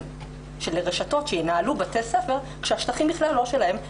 לרשתות שינהלו בתי ספר כשהשטחים בכלל לא שלהן,